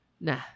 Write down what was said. nah